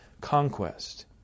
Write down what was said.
conquest